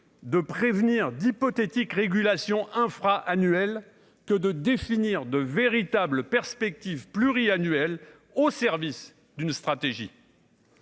de prévenir d'hypothétiques régulation infra-annuelles que de définir de véritables perspectives pluriannuelles au service d'une stratégie.